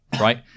right